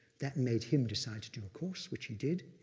that made him decide to do a course, which he did.